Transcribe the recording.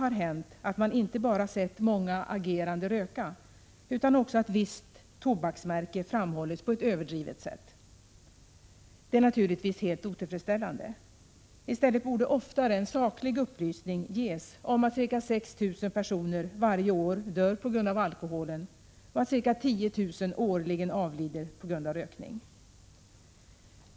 har hänt att man inte bara sett många agerande röka utan också att ett visst tobaksmärke framhållits på ett överdrivet sätt. Detta är naturligtvis helt otillfredsställande. I stället borde oftare en saklig upplysning ges om att ca 6 000 personer varje år dör på grund av alkoholen och att ca 10 000 årligen avlider på grund av rökning.